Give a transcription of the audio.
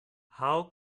how